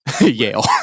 Yale